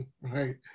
right